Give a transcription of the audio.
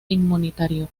inmunitario